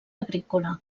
agrícola